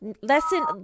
Lesson